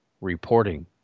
reporting